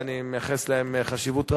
ואני מייחס להם חשיבות רבה,